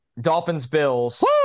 Dolphins-Bills